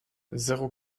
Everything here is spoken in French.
zéro